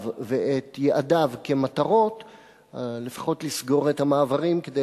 ואת יעדיו כמטרות הוא לפחות לסגור את המעברים כדי